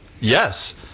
Yes